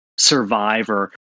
Survivor